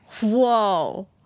Whoa